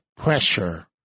pressure